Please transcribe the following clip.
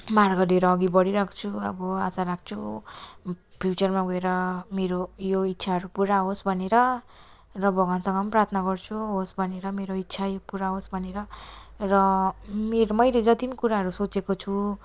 मार्गतिर अघि बढिरहेको छु अब आशा राख्छु फ्युचरमा गएर मेरो यो इच्छाहरू पुरा होस् भनेर र भगवानसँग पनि प्रार्थना गर्छु होस् भनेर मेरो इच्छा यो पुरा होस् भनेर र मेरो मैले जति पनि कुराहरू सोचेको छु